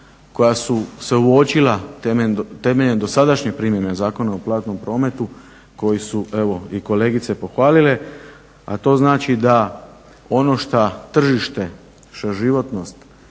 koja su se uočila temeljem dosadašnje primjene Zakona o platnom prometu koji su evo i kolegice pohvalile, a to znači da ono šta tržište, šta je životnost,